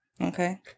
Okay